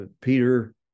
Peter